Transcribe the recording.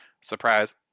Surprise